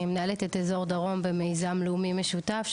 אני מנהלת את אזור דרום במיזם לאומי משותף,